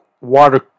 water